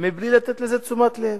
בלי לתת לזה תשומת לב.